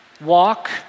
walk